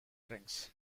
drinks